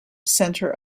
center